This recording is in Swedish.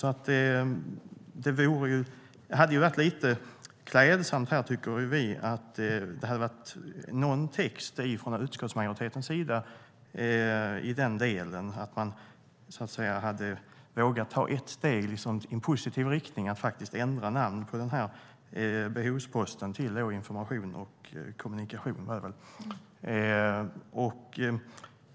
Vi tycker att det hade varit lite klädsamt att det hade funnits någon text om detta från utskottsmajoritetens sida. Det hade varit bra om man hade vågat ta ett steg i positiv riktning och ändrat namn på den här behovsposten till Information och kommunikation.